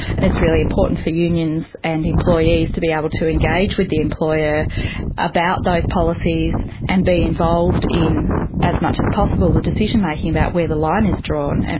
and is really important for unions and employees to be able to engage with the employer about those policies and be involved in as much as possible the decision-making about where the line is drawn. and